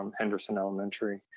um henderson elementary.